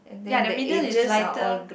ya the middle is lighter